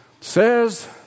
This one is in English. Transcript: says